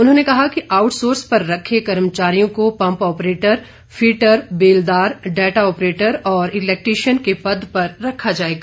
उन्होंने कहा कि आउटसोर्स पर रखे कर्मचारियों को पंप ऑपरेटर फिटर बेलदार डाटा ऑपरेटर और इलेक्ट्रिशियन के पद पर रखा जाएगा